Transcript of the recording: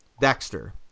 Dexter